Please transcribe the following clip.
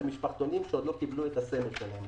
אלה משפחתונים שעוד לא קיבלו את הסמל שלהם.